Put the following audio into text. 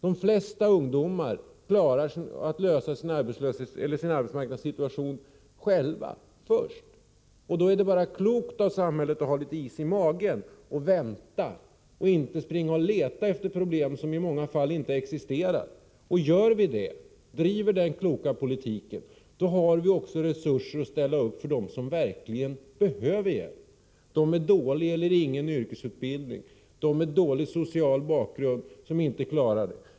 De flesta ungdomar klarar sin arbetsmarknadssituation själva. Då är det klokt av samhället att ha litet is i magen och vänta och inte springa och leta efter problem som i många fall inte existerar. Driver vi den kloka politiken, har vi också resurser att ställa upp för dem som verkligen behöver hjälp, de som har dålig eller ingen yrkesutbildning, de som har dålig social bakgrund och inte själva klarar det.